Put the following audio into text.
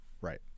right